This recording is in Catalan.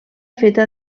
feta